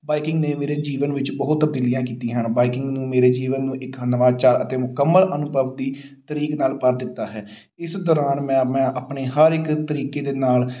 biking ਨੇ ਮੇਰੇ ਜੀਵਨ ਵਿੱਚ ਬਹੁਤ ਤਬਦੀਲੀਆਂ ਕੀਤੀਆਂ ਹਨ ਬਾਈਕਿੰਗ ਨੂੰ ਮੇਰੇ ਜੀਵਨ ਨੂੰ ਇੱਕ ਨਵਾਂ ਚਾਅ ਅਤੇ ਮੁਕੰਮਲ ਅਨੁਭਵ ਦੀ ਤਰੀਕ ਨਾਲ ਭਰ ਦਿੱਤਾ ਹੈ ਇਸ ਦੌਰਾਨ ਮੈਂ ਮੈਂ ਆਪਣੇ ਹਰ ਇੱਕ ਤਰੀਕੇ ਦੇ ਨਾਲ